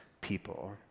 people